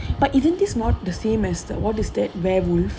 but isn't this not the same as the what is that werewolf